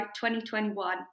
2021